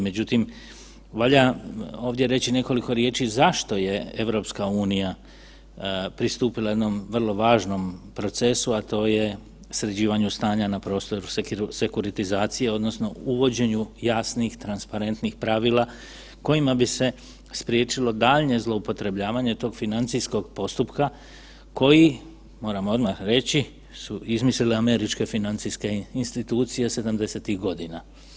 Međutim, valja ovdje reći nekoliko riječi zašto je EU pristupila jednom vrlo važnom procesu, a to je sređivanju stanja na prostoru sekuritizacije, odnosno uvođenju jasnih, transparentnih pravila kojima bi se spriječilo daljnje zloupotrebljavanje tog financijskog postupka koji, moramo odmah reći su izmislile američke financijske institucije 70-ih godina.